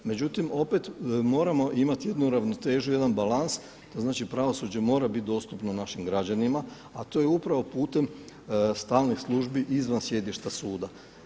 Međutim, opet moramo imati jednu ravnotežu, jedan balans, to znači pravosuđe mora bit dostupno našim građanima, a to je upravo putem stalnih službi izvan sjedišta suda.